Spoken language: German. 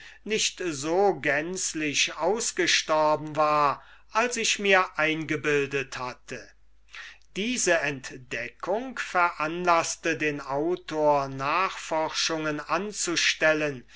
nicht so ausgestorben war als ich mir eingebildet hatte diese entdeckung veranlaßte den autor nachforschungen anzustellen